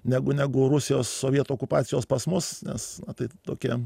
negu negu rusijos sovietų okupacijos pas mus nes tai tokia